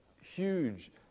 huge